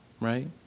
Right